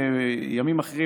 בימים אחרים,